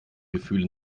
gefühle